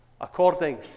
according